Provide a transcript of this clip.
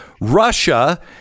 russia